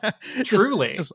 Truly